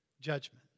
judgment